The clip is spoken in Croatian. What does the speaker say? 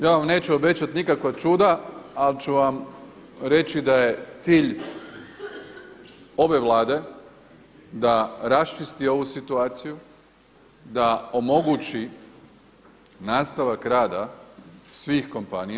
Ja vam neću obećati nikakva čuda, ali ću vam reći da je cilj ove Vlade da raščisti ovu situaciju, da omogući nastavak rada svih kompanija.